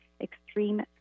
extreme